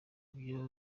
ibyo